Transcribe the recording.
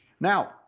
Now